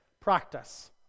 practice